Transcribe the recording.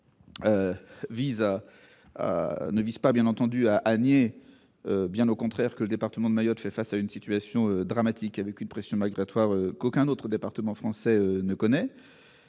ne nions pas, bien entendu, que le département de Mayotte fait face à une situation dramatique, avec une pression migratoire qu'aucun autre département français ne connaît.